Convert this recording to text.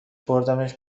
بردمش